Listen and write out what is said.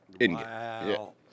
Wow